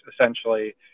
essentially